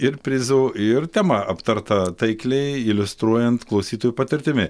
ir prizų ir tema aptarta taikliai iliustruojant klausytojų patirtimi